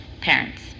Parents